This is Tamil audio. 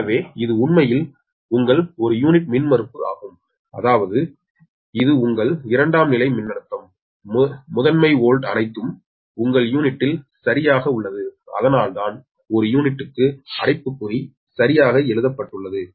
எனவே இது உண்மையில் உங்கள் ஒரு யூனிட் மின்மறுப்பு ஆகும் அதாவது இது உங்கள் இரண்டாம் நிலை மின்னழுத்தம் முதன்மை வோல்ட் அனைத்தும் உங்கள் யூனிட்டில் உள்ளது அதனால்தான் ஒரு யூனிட்டுக்கு அடைப்புக்குறி சரியாக எழுதப்பட்டுள்ளது